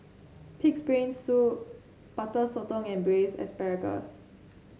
pig's brain soup Butter Sotong and Braised Asparagus